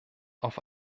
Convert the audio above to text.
auf